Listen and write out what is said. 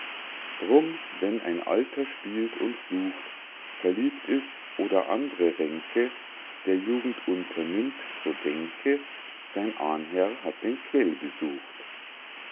d'rum wenn ein alter spielt und flucht verliebt ist oder andre ränke der jugend unternimmt so denke sein ahnherr hat den quell besucht